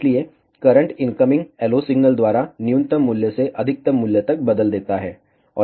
इसलिए current incoming LO signal द्वारा न्यूनतम मूल्य से अधिकतम मूल्य तक बदल देता जाता है